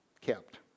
kept